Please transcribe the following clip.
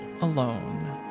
alone